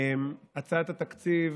הצעת התקציב